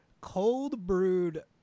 cold-brewed